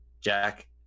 Jack